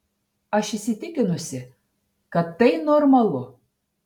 aš įsitikinusi kad tai normalu